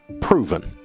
proven